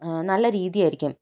നല്ല രീതിയായിരിക്കും